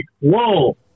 whoa